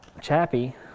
Chappie